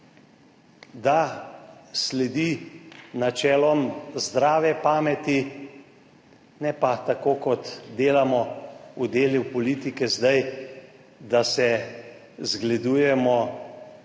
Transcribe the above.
Da sledi načelom zdrave pameti, ne pa, tako kot delamo v delu politike zdaj, da se zgledujemo